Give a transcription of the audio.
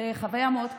זה חוויה מאוד קשה,